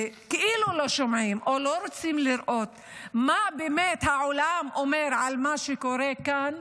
כאילו לא שומעים או לא רוצים לראות מה באמת העולם אומר על מה שקורה כאן,